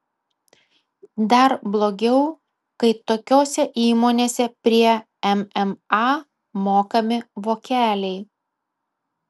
dar blogiau kai tokiose įmonėse prie mma mokami vokeliai